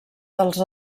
dels